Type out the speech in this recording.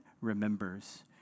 remembers